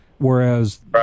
whereas